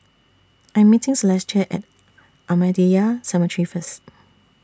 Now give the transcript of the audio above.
I Am meeting Celestia At Ahmadiyya Cemetery First